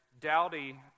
Dowdy